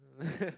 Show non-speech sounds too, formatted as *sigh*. *laughs*